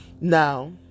Now